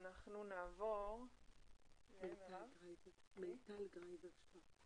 אנחנו נעבור לעורכת דין מי-טל גרייבר שוורץ,